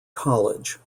college